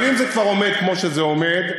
אבל אם זה כבר עומד כמו שזה עומד,